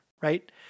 right